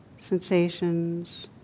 sensations